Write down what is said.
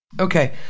Okay